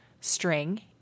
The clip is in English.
string